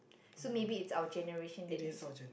so maybe it's our generation that needs